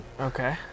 Okay